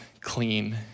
clean